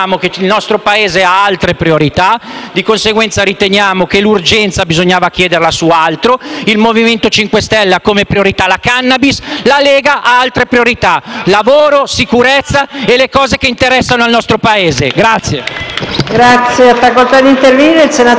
Di conseguenza, riteniamo che l'urgenza bisognava chiederla su altro. Il Gruppo Movimento 5 Stelle ha come priorità la *cannabis*, mentre la Lega ha altre priorità: lavoro, sicurezza e le cose che interessano al nostro Paese. *(Applausi